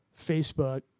Facebook